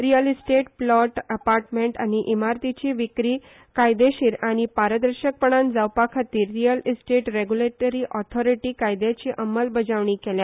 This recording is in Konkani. रियल इस्टेट प्लॉट अपार्टमेंट आनी इमारतीची विक्री कायदेशीर आनी पारदर्शक पणान जावपा खातीर रियल इस्टेट रेग्यूलेटरी ऑथरीटी कायदयाची अंमलबजावणी केल्या